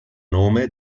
nome